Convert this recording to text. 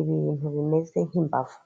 ibintu bimeze nk'imbavu.